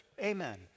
amen